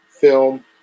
film